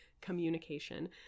communication